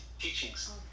teachings